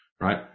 right